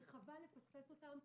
וחבל לפספס אותם.